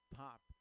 pop